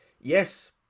Yes